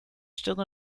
still